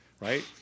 Right